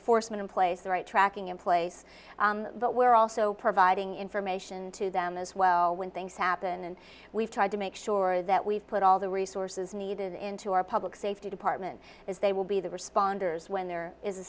enforcement in place the right tracking in place but we're also providing information to them as well when things happen and we've tried to make sure that we've put all the resources needed into our public safety department is they will be the responders when there is a